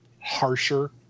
harsher